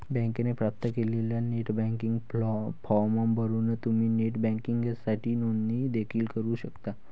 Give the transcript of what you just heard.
बँकेने प्राप्त केलेला नेट बँकिंग फॉर्म भरून तुम्ही नेट बँकिंगसाठी नोंदणी देखील करू शकता